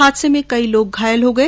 हादसे में कई लोग घायल हो गए